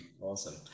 awesome